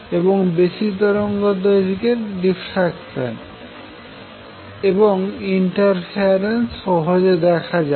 এবং বেশি তরঙ্গ দৈর্ঘ্যর ডিফ্রাকশান এবং ইন্টারফেরেন্স সহজে দেখা যায়